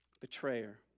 betrayer